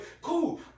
Cool